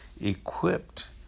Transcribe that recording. equipped